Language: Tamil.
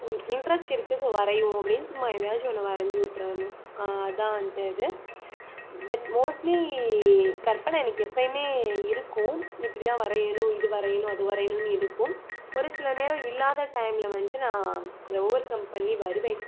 இ இன்ட்ரெஸ்ட் இருக்கு ஸோ வரைவோம் அப்படின்னு சும்மா எதயாச்சும் ஒன்று வரைஞ்சு விட்றணும் அதான் வந்துட்டு அது பட் மோஸ்ட்லி கற்பனை எனக்கு எப்போயுமே இருக்கும் இப்படி தான் வரையணும் இது வரையணும் அது வரையணுன்னு இருக்கும் ஒரு சில நேரம் இல்லாத டைம்மில் வந்துட்டு நான் அதை ஓவர்கம் பண்ணி வருவேன்